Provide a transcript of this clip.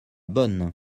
bonne